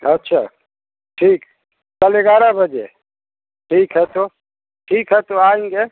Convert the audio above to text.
अच्छा ठीक कल ग्यारह बजे ठीक है तो ठीक है तो आएंगे